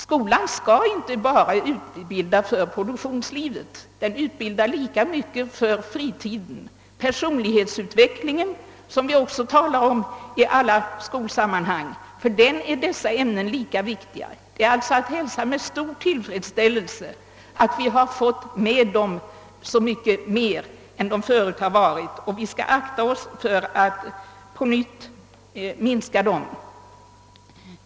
Skolan skall inte bara utbilda för produktionslivet; den skall utbilda lika mycket för fritiden. För personlighetsutvecklingen, som vi talar om i alla skolsammanhang, är dessa ämnen lika viktiga som de teoretiska. Det är alltså att hälsa med stor tillfredsställelse att dessa ämnen fått större utrymme än tidigare, och vi skall akta oss för att på nytt minska deras omfattning.